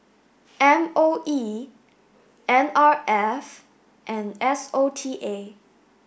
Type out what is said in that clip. M O E N R F and S O T A